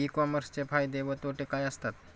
E कॉमर्सचे फायदे व तोटे काय असतात?